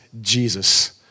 Jesus